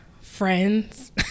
friends